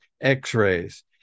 x-rays